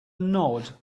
nod